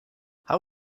how